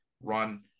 run